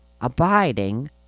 Abiding